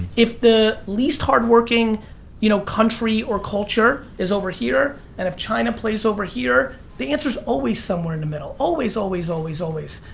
if the least hardworking you know country or culture is over here and if china plays over here, the answer is always somewhere in the middle. always, always, always, always.